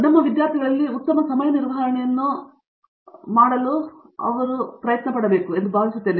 ನಮ್ಮ ವಿದ್ಯಾರ್ಥಿಗಳಲ್ಲಿ ಉತ್ತಮ ಸಮಯ ನಿರ್ವಹಣೆಯನ್ನು ಮಾಡಲು ನಾವು ಇದನ್ನು ತೊಡಗಿಸಿಕೊಳ್ಳಬೇಕು ಎಂದು ನಾನು ಭಾವಿಸುತ್ತೇನೆ